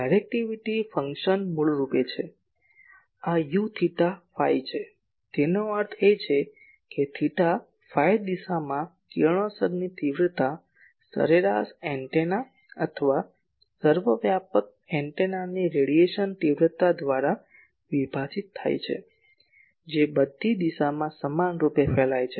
directivity function મૂળરૂપે છે આ U થેટા ફાઈ છે તેનો અર્થ એ કે થેટા ફાઇ દિશામાં કિરણોત્સર્ગની તીવ્રતા સરેરાશ એન્ટેના અથવા સર્વવ્યાપક એન્ટેનાની રેડિયેશન તીવ્રતા દ્વારા વિભાજિત થાય છે જે બધી દિશામાં સમાન રૂપે ફેલાય છે